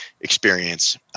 experience